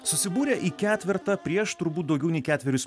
susibūrę į ketvertą prieš turbūt daugiau nei ketverius